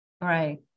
right